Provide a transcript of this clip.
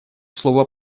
слова